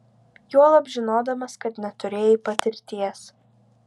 juolab žinodamas kad neturėjai patirties